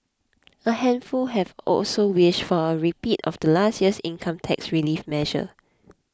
a handful have also wished for a repeat of last year's income tax relief measure